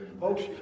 Folks